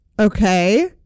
Okay